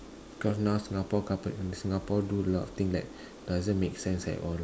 cause now Singapore in Singapore do a lot of thing that doesn't make sense at all